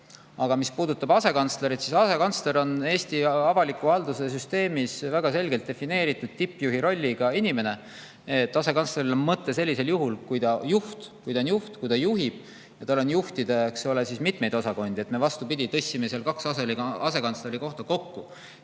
Aga mis puudutab asekantslerit, siis asekantsler on Eesti avaliku halduse süsteemis väga selgelt defineeritud tippjuhi rolliga inimene. Asekantsleril on mõte sellisel juhul, kui ta on juht, ta juhib ja tal on juhtida mitmeid osakondi. Me, vastupidi, tõstsime kaks asekantsleri kohta kokku,